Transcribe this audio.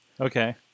Okay